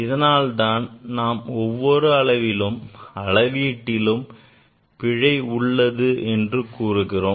இதனால தான் நாம் ஒவ்வொரு அளவிலும் அளவீட்டிலும் பிழை உள்ளது என்று கூறுகிறோம்